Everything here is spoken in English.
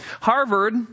Harvard